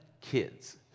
kids